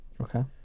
Okay